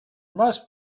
must